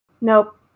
Nope